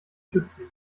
schützen